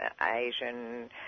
Asian